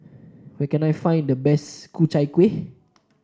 where can I find the best Ku Chai Kuih